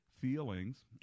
feelings